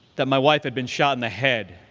that my wife had been shot in the head